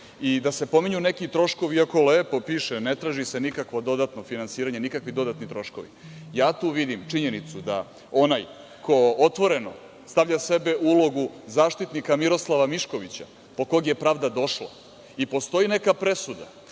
i da se pominju neki troškovi, iako lepo piše – ne traži se nikakvo dodatno finansiranje, nikakvi dodatni troškovi, ja tu vidim činjenicu da onaj ko otvoreno stavlja sebe u ulogu zaštitnika Miroslava Miškovića, po kog je pravda došla i postoji neka presuda